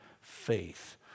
faith